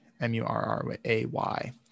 m-u-r-r-a-y